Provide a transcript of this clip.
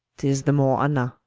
tis the more honour,